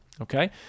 okay